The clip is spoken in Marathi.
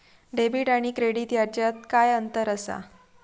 डेबिट आणि क्रेडिट ह्याच्यात काय अंतर असा?